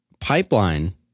Pipeline